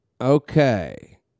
Okay